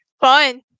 fun